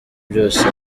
byose